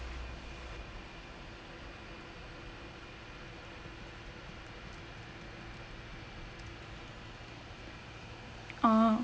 orh